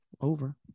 over